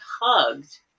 hugged